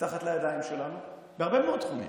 מתחת לידיים שלנו בהרבה מאוד תחומים